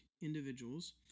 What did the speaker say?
individuals